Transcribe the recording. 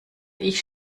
ich